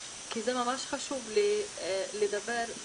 כי זה ממש חשוב לדבר על